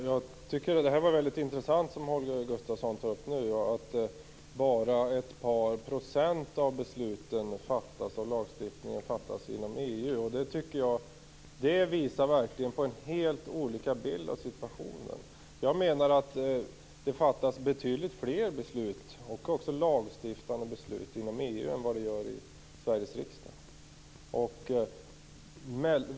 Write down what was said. Herr talman! Det som Holger Gustafsson tar upp nu är väldigt intressant. Han säger att bara ett par procent av lagstiftningsbesluten fattas inom EU. Det visar verkligen att vi har helt olika bild av situationen. Jag menar att det fattas betydligt fler beslut - också lagstiftande beslut - inom EU än vad det gör i Sveriges riksdag.